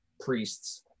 priests